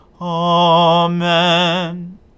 Amen